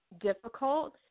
difficult